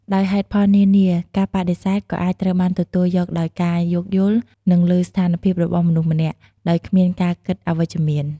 ដោយហេតុផលនានា ការបដិសេធក៏អាចត្រូវបានទទួលយកដោយការយោគយល់ និងលើស្ថានភាពរបស់មនុស្សម្នាក់ ដោយគ្មានការគិតអវិជ្ជមាន។